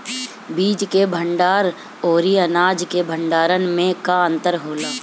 बीज के भंडार औरी अनाज के भंडारन में का अंतर होला?